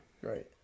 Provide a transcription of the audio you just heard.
Right